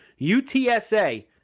UTSA